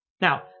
Now